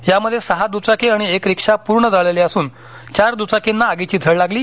यामध्ये सहा दुचाकी आणि एक रिक्षा पूर्ण जळाली असून चार दुचाकींना आगीची झळ लागली